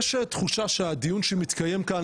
יש תחושה שהדיון שמתקיים כאן,